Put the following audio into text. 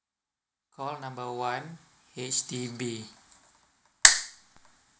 call number one H_D_B